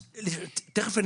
אז בשמחה.